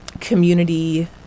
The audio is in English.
community